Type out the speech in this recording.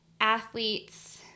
athletes